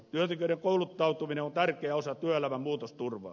työntekijöiden kouluttautuminen on tärkeä osa työelämän muutosturvaa